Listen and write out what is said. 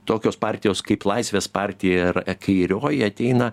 tokios partijos kaip laisvės partija ir kairioji ateina